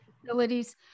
facilities